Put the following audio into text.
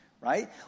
right